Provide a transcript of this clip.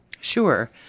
Sure